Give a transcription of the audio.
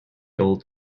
old